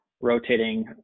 rotating